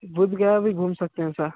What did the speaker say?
बोधगया भी घूम सकते हैं स